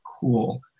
cool